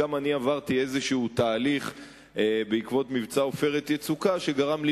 גם אני עברתי איזה תהליך בעקבות מבצע "עופרת יצוקה" שגרם לי